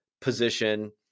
position